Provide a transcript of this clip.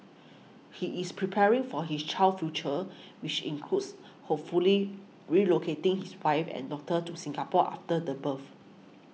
he is preparing for his child's future which includes hopefully relocating his wife and daughter to Singapore after the birth